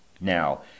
Now